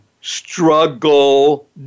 struggle